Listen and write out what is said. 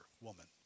woman